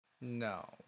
No